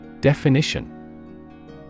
Definition